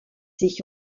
sich